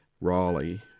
Raleigh